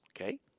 Okay